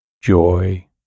joy